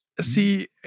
See